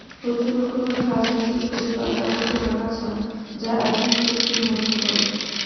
প্রচুর রকমের ঘাস একদম সরু পাতার মতন আগাছা যা একবীজপত্রীর মধ্যে পড়ে